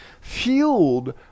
fueled